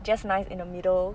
just nice in the middle